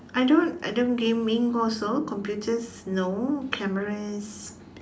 I don't I don't gaming also computers no cameras